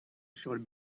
showed